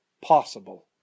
possible